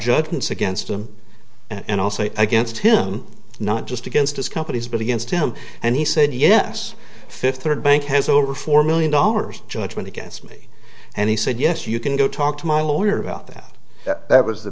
judgments against him and also against him not just against his companies but against him and he said yes fifty third bank has over four million dollars judgment against me and he said yes you can go talk to my lawyer about that that was the